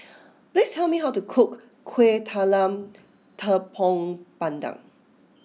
please tell me how to cook Kueh Talam Tepong Pandan